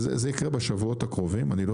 זה יקרה בשבועות הקרובים,